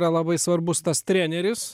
yra labai svarbus tas treneris